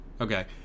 Okay